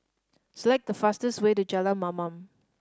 select the fastest way to Jalan Mamam